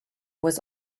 was